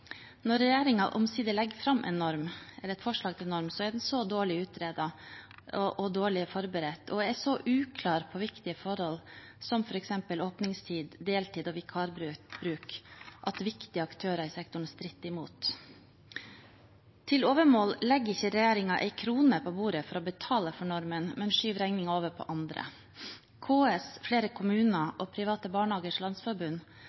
Når regjeringen omsider legger fram et forslag til en norm, er den så dårlig utredet og forberedt og så uklar på viktige forhold som f.eks. åpningstid, deltid og vikarbruk, at viktige aktører i sektoren stritter imot. Til overmål legger ikke regjeringen en krone på bordet for å betale for normen, men skyver regningen over på andre. KS, flere kommuner og Private Barnehagers Landsforbund